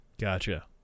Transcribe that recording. Gotcha